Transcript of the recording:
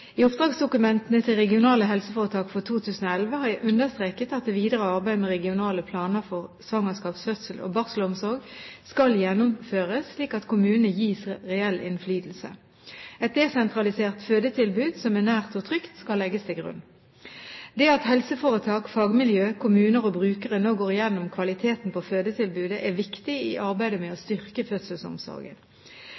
I oppdragsdokumentene til regionale helseforetak for 2011 har jeg understreket at det videre arbeidet med regionale planer for svangerskaps-, fødsels- og barselomsorg skal gjennomføres slik at kommunene gis reell innflytelse. Et desentralisert fødetilbud som er nært og trygt, skal legges til grunn. Det at helseforetak, fagmiljøer, kommuner og brukere nå går gjennom kvaliteten på fødetilbudet, er viktig i arbeidet med å